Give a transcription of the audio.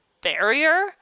barrier